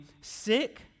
sick